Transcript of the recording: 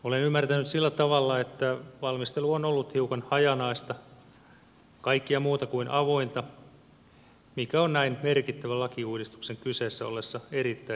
olen ymmärtänyt sillä tavalla että valmistelu on ollut hiukan hajanaista kaikkea muuta kuin avointa mikä on näin merkittävän lakiuudistuksen kyseessä ollessa erittäin ongelmallista